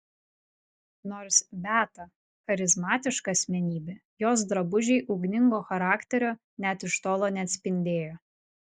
nors beata charizmatiška asmenybė jos drabužiai ugningo charakterio net iš tolo neatspindėjo